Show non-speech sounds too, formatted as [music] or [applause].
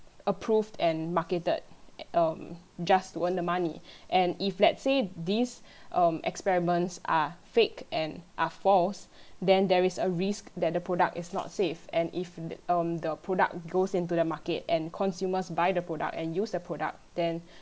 approved and marketed um just to earn the money and if let's say these um experiments are fake and are false then there is a risk that the product is not safe and if t~ um the product goes into the market and consumers buy the product and use the product then [breath]